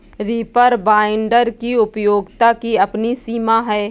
reaper binder की उपयोगिता की अपनी सीमा है